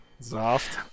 ZafT